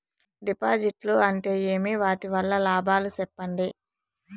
డిపాజిట్లు అంటే ఏమి? వాటి వల్ల లాభాలు సెప్పండి?